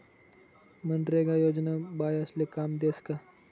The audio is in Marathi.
मनरेगा योजना बायास्ले काम देस का?